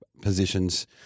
positions